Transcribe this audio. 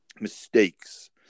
mistakes